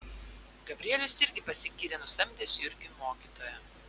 gabrielius irgi pasigyrė nusamdęs jurgiui mokytoją